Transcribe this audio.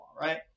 right